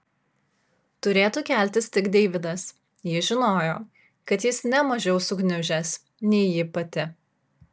turėtų keltis tik deividas ji žinojo kad jis ne mažiau sugniužęs nei ji pati